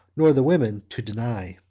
nor the women to deny.